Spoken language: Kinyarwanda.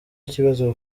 ikibazo